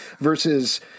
versus